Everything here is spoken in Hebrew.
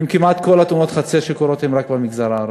כמעט כל תאונות החצר הן רק במגזר הערבי.